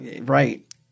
Right